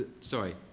Sorry